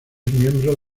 miembro